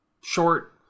short